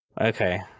Okay